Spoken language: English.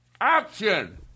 action